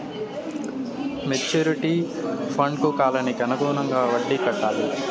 maturity ఫండ్కు కాలానికి అనుగుణంగా వడ్డీ కట్టాలి